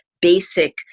basic